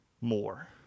more